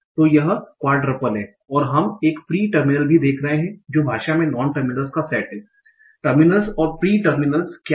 तो यह क्वाडरपल है और हम एक प्री टर्मिनल्स भी देख रहे हैं जो भाषा में नॉन टर्मिनल्स का सेट है टर्मिनल्स और प्री टर्मिनल्स क्या हैं